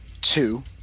Two